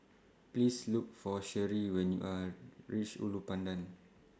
Please Look For Sheree when YOU REACH Ulu Pandan